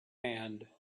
hand